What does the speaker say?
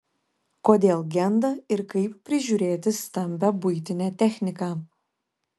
kodėl genda ir kaip prižiūrėti stambią buitinę techniką